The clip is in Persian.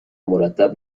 مرتب